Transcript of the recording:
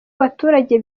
abaturage